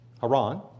Haran